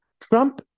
Trump